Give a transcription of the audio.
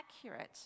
accurate